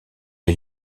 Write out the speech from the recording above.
est